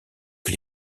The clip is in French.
que